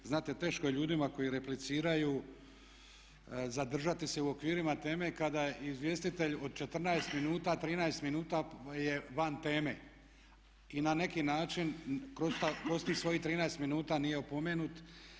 Znate, teško je ljudima koji repliciraju zadržati se u okvirima teme kada je izvjestitelj od 14 minuta 13 minuta je van teme i na neki način kroz tih svojih 13 minuta nije opomenut.